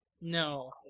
no